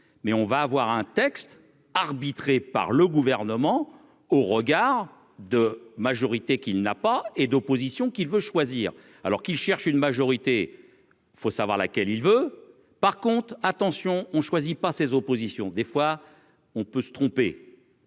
mais on va avoir un texte arbitré par le gouvernement au regard de majorité qu'il n'a pas et d'opposition qui veut choisir, alors qu'il cherche une majorité faut savoir laquelle il veut par contre attention on choisit pas ses oppositions, des fois, on peut se tromper